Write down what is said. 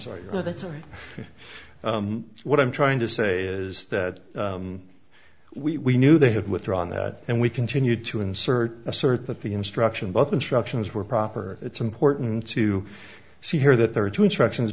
time what i'm trying to say is that we knew they had withdrawn that and we continued to insert assert that the instruction both instructions were proper it's important to say here that there are two instructions